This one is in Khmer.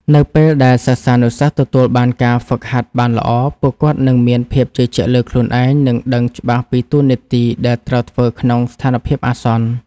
នៅពេលដែលសិស្សានុសិស្សទទួលបានការហ្វឹកហាត់បានល្អ ពួកគាត់នឹងមានភាពជឿជាក់លើខ្លួនឯង និងដឹងច្បាស់ពីតួនាទីដែលត្រូវធ្វើក្នុងស្ថានភាពអាសន្ន។